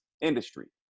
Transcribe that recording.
industry